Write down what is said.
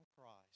Christ